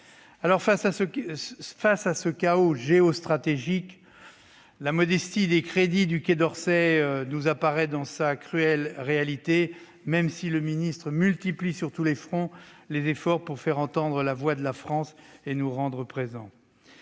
Face à ce chaos géostratégique, la modestie des crédits du Quai d'Orsay nous apparaît dans sa cruelle réalité, même si le ministre multiplie, sur tous les fronts, les efforts pour faire entendre la voix de la France dans le monde.